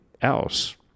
else